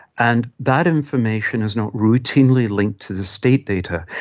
and that information is not routinely linked to the state data,